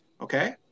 okay